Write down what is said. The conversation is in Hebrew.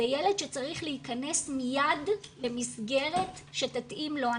זה ילד שצריך להיכנס מיד למסגרת שתתאים לו.